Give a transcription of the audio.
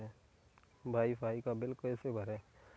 Wi fi का बिल कैसे भरें?